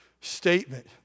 statement